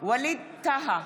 ווליד טאהא,